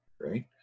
right